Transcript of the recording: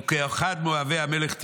וכאחד מאוהבי המלך תהיה".